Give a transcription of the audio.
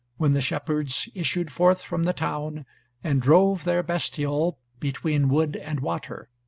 when the shepherds issued forth from the town and drove their bestial between wood and water.